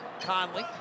Conley